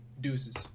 deuces